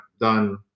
done